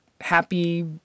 happy